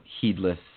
heedless